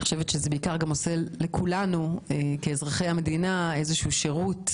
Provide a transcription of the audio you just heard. אני חושבת שזה בעיקר עושה לכולנו כאזרחי המדינה איזשהו שירות